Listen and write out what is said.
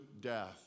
Death